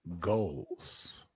goals